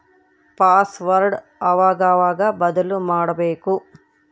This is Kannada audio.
ಪಾಸ್ವರ್ಡ್ ಅವಾಗವಾಗ ಬದ್ಲುಮಾಡ್ಬಕು